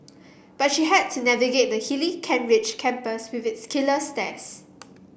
but she had to navigate the hilly Kent Ridge campus with its killer stairs